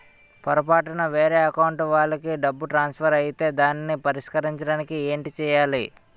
పొరపాటున వేరే అకౌంట్ వాలికి డబ్బు ట్రాన్సఫర్ ఐతే దానిని పరిష్కరించడానికి ఏంటి చేయాలి?